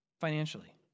financially